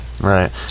Right